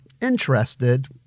interested